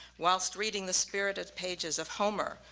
whilst reading the spirited pages of homer,